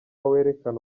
werekana